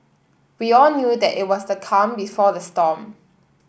we all knew that it was the calm before the storm